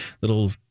little